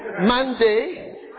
Monday